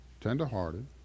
tenderhearted